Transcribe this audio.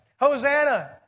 Hosanna